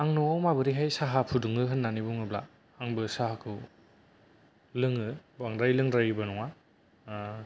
आं न'आव माबोरैहाय साहा फुदुङो होननानै बुङोब्ला आंबो साहाखौ लोङो बांद्राय लोंद्रायिबो नङा